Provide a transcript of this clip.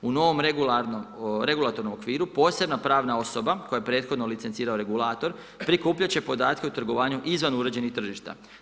U novom regulatornom okviru posebna pravna osoba koju je prethodno licencirao regulator prikupljati će podatke o trgovanju izvan uređenih tržišta.